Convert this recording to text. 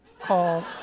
called